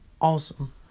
awesome